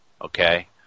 Okay